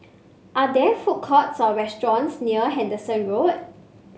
are there food courts or restaurants near Henderson Road